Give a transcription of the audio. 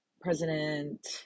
President